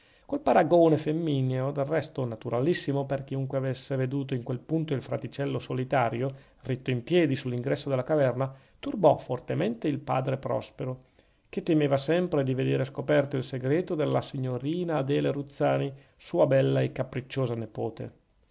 quel paragone femmineo del resto naturalissimo per chiunque avesse veduto in quel punto il fraticello solitario ritto in piedi sull'ingresso della caverna turbò fortemente il padre prospero che temeva sempre di vedere scoperto il segreto della signorina adele ruzzani sua bella e capricciosa nepote